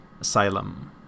Asylum